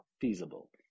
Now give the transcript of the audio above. feasible